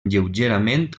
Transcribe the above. lleugerament